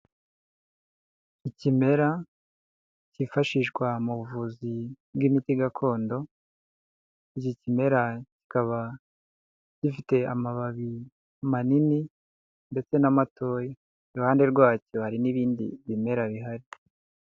Ikimera cyifashishwa mu buvuzi bw'imiti gakondo, iki kimera kikaba gifite amababi manini ndetse n'amatoya iruhande rwacyo hari n'ibindi bimera bihari.